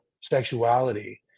sexuality